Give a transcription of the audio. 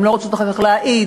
הן לא רוצות אחר כך להעיד.